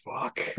fuck